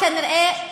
כנראה,